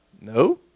No